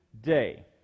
day